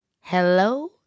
Hello